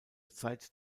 zeit